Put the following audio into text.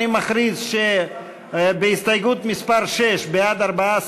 קודם כול אני מכריז שבהסתייגות מס' 6, בעד, 14,